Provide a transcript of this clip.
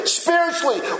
spiritually